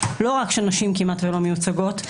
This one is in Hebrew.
לא רק שהנשים כמעט שלא מיוצגות,